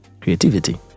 creativity